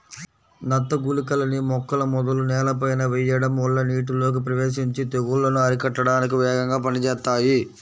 నత్త గుళికలని మొక్కల మొదలు నేలపైన వెయ్యడం వల్ల నీటిలోకి ప్రవేశించి తెగుల్లను అరికట్టడానికి వేగంగా పనిజేత్తాయి